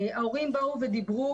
ההורים דיברו